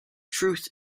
truth